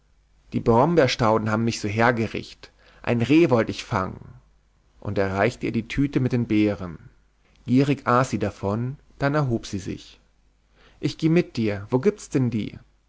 die brombeerstauden haben mich so hergericht't ein reh wollt ich fangen und er reichte ihr die tüte mit den beeren gierig aß sie davon dann erhob sie sich ich geh mit dir wo gibt's denn die